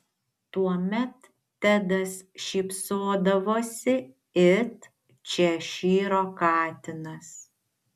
tuomet tedas šypsodavosi it češyro katinas